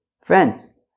Friends